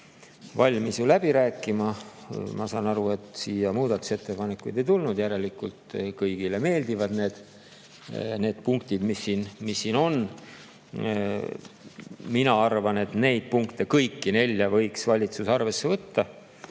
valmis läbi rääkima. Ma saan aru, et muudatusettepanekuid ei tulnud, järelikult kõigile meeldivad need punktid, mis siin on. Mina arvan, et neid punkte, kõiki nelja, võiks valitsus arvesse võtta,